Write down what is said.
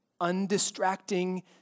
undistracting